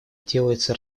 делается